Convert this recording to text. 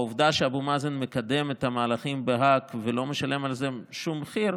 העובדה שאבו מאזן מקדם את המהלכים בהאג ולא משלם על זה שום מחיר,